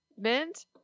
mint